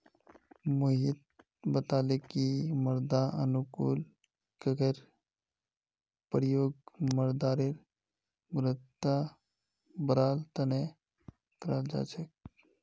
मोहित बताले कि मृदा अनुकूलककेर प्रयोग मृदारेर गुणवत्ताक बढ़वार तना कराल जा छेक